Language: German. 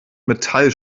metall